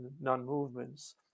non-movements